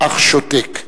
אך שותק.